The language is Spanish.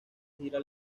gira